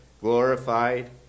glorified